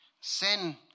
Sin